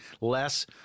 less